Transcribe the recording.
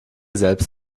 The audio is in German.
selbst